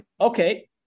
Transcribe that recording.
Okay